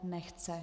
Nechce.